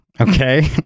okay